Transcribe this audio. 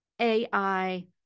AI